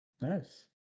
nice